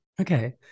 Okay